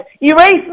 Erase